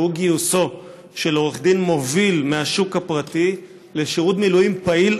והוא גיוסו של עורך דין מוביל מהשוק הפרטי לשירות מילואים פעיל,